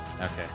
Okay